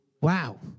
Wow